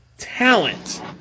Talent